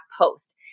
post